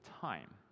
time